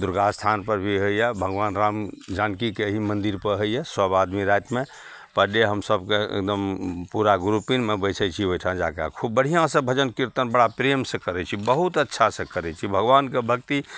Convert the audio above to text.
दुरगा अस्थानपर भी होइए भगवान राम जानकीके ही मन्दिरपर होइए सभ आदमी रातिमे पर डे हमसभके एगदम पूरा ग्रुपिन्गमे बैसै छी ओहिठाम जाके खूब बढ़िआँसे भजन किरतन बड़ा प्रेमसे करै छी बहुत अच्छासे करै छी भगवानके भक्ति